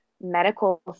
medical